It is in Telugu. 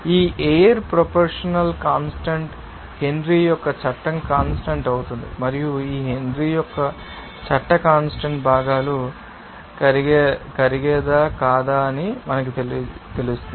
ఈ ఎయిర్ ప్రోపోషనల్ కాన్స్టాంట్ హెన్రీ యొక్క చట్ట కాన్స్టాంట్ అవుతుంది మరియు ఈ హెన్రీ యొక్క చట్ట కాన్స్టాంట్ భాగాలు కరిగేదా కాదా అని మాకు తెలియజేస్తుంది